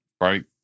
right